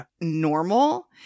normal